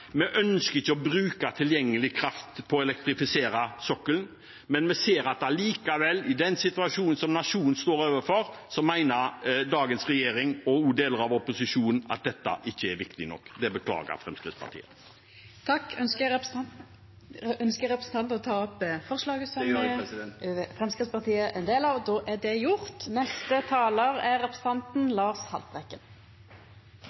Vi ønsker ikke å bruke tilgjengelig kraft på å elektrifisere sokkelen, men vi ser likevel at i den situasjonen som nasjonen står overfor, mener dagens regjering og deler av opposisjonen at dette ikke er viktig nok. Dette beklager Fremskrittspartiet. Jeg tar opp forslaget som Fremskrittspartiet er en del av. Representanten Terje Halleland har teke opp det forslaget han refererte til. Vinterens og denne vårens skyhøye strømpriser har gjort